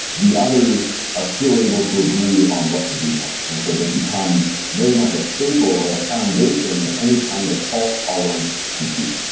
the others are still able to agree on what to do next. and so they've become very much a staple or a foundation of any kind of fault-tolerant computing.